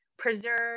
preserve